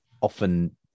often